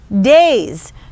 days